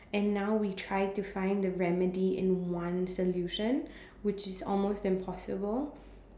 and now we've tried to find the remedy in one solution which is almost impossible